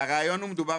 הרעיון הוא שמדובר